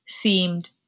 themed